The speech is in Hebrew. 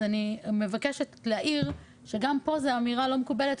אז אני מבקשת להעיר שגם פה זה אמירה לא מקובלת,